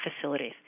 facilities